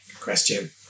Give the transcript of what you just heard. question